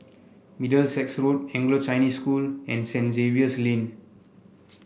Middlesex Road Anglo Chinese School and Saint Zavier's Lane